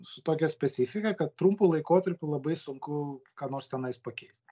su tokia specifika kad trumpu laikotarpiu labai sunku ką nors tenais pakeist